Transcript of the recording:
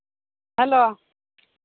hello